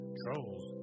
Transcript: trolls